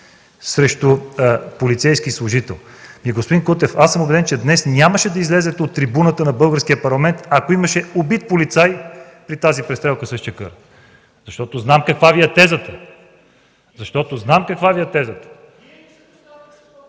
срещу полицейски служител... Господин Кутев, аз съм убеден, че днес нямаше да излезете на трибуната на българския парламент, ако имаше убит полицай при тази престрелка с Чакъра, защото знам каква Ви е тезата. (Реплика от